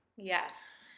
yes